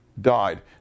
died